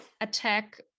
attack